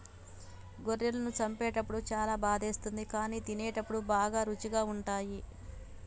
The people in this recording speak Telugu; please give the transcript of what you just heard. గొర్రెలను చంపేటప్పుడు చాలా బాధేస్తుంది కానీ తినేటప్పుడు బాగా రుచిగా ఉంటాయి